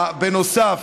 בנוסף,